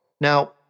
Now